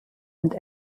und